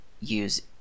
use